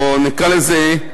או נקרא לזה,